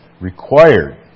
required